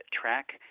track